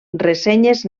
ressenyes